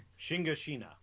Shingashina